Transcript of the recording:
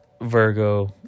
Virgo